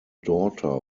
daughter